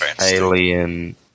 alien